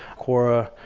quora,